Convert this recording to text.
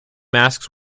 masks